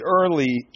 early